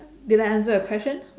did I answer your question